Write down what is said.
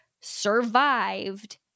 survived